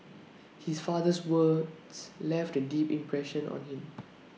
his father's words left A deep impression on him